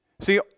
See